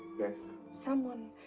yes? someone.